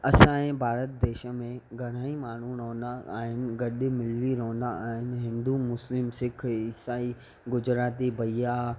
असांजे भारत देश में घणा ई माण्हू रहोंदा आहिनि गॾु ई मिली रहंदा आहिनि हिंदू मुस्लिम सिख इसाई गुजराती भईया